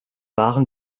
waren